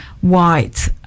white